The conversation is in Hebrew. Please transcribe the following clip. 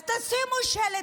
אז תשימו שלט.